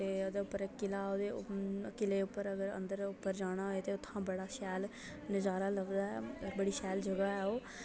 ते ओह्दे उप्परा इक किला ते किले उप्पर अगर अंदर जाना होऐ तां उत्थुआं बड़ा शैल नजारा लभदा ऐ बड़ा शैल जगह् ऐ ओह्